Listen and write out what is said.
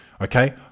Okay